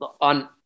on